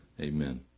Amen